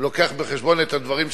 הוא לוקח בחשבון את הדברים שנאמרו.